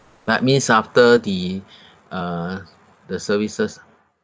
but means after the uh the services